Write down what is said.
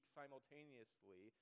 simultaneously